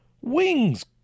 Wings